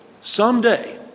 someday